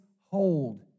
hold